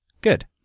Good